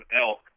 elk